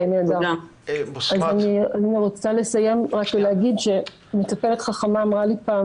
אני רוצה לסיים ולהגיד שמטפלת חכמה אמרה לי פעם